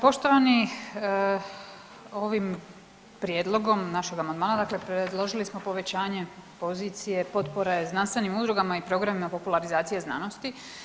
Poštovani, ovim prijedlogom našeg amandmana, dakle predložili smo povećanje pozicije potpore znanstvenim udrugama i programima popularizacije znanosti.